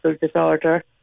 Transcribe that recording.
disorder